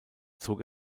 zog